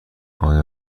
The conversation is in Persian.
آیا